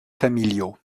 familiaux